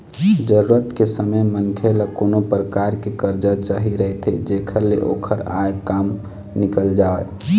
जरूरत के समे मनखे ल कोनो परकार के करजा चाही रहिथे जेखर ले ओखर आय काम निकल जावय